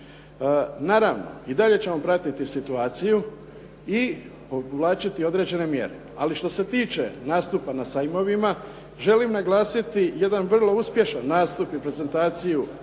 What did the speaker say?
Naravno, i dalje ćemo pratiti situaciju i povlačiti određene mjere. Ali što se tiče nastupa na sajmovima želim naglasiti jedan vrlo uspješan nastup i prezentaciju